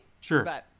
sure